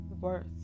worth